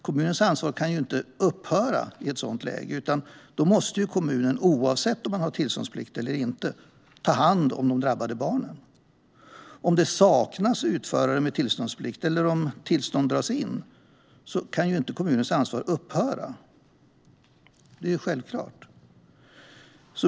Kommunens ansvar kan ju inte upphöra i ett sådant läge, utan då måste kommunen oavsett tillståndsplikt ta hand om de drabbade barnen. Om det saknas utförare med tillståndsplikt eller om tillstånd dras in kan ju inte kommunens ansvar upphöra. Det är självklart.